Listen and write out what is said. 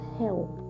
help